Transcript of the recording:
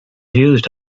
used